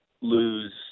lose